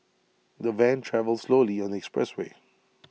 the van travelled slowly on the expressway